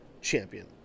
Champion